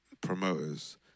promoters